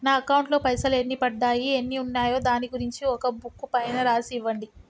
నా అకౌంట్ లో పైసలు ఎన్ని పడ్డాయి ఎన్ని ఉన్నాయో దాని గురించి ఒక బుక్కు పైన రాసి ఇవ్వండి?